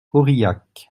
aurillac